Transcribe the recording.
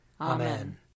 Amen